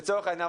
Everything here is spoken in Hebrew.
לצורך העניין,